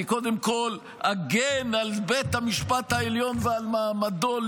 אני קודם כול אגן על בית המשפט העליון ועל מעמדו,